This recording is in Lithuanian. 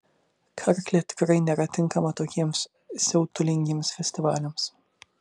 karklė tikrai nėra tinkama tokiems siautulingiems festivaliams